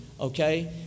okay